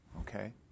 Okay